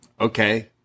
okay